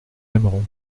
aimeront